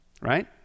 right